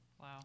Wow